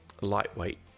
lightweight